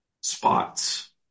spots